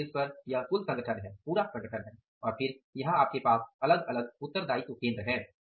यानि शीर्ष पर यह कुल संगठन है और फिर यहाँ आपके पास अलग अलग उत्तरदायित्व केंद्र हैं